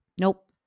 nope